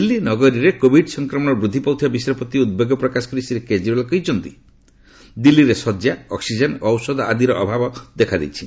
ଦିଲ୍ଲୀ ନଗରୀରେ କୋଭିଡ୍ ସଂକ୍ରମଣ ବୃଦ୍ଧି ପାଉଥିବା ବିଷୟ ପ୍ରତି ଉଦ୍ବେଗ ପ୍ରକାଶ କରି ଶ୍ରୀ କେଜରିଓ୍ୱାଲ କହିଛନ୍ତି ଦିଲ୍ଲୀରେ ଶଯ୍ୟା ଅକ୍ୱିଜେନ୍ ଓ ଔଷଧ ଆଦିର ଅଭାବ ଦେଖାଦେଇଛି